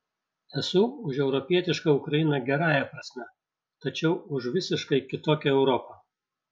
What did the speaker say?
esu už europietišką ukrainą gerąja prasme tačiau už visiškai kitokią europą